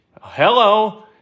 hello